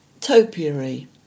Topiary